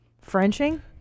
Frenching